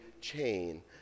chain